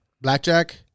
blackjack